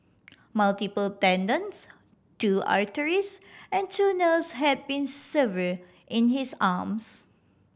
multiple tendons two arteries and two nerves had been severed in his arms